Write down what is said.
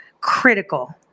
critical